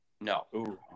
No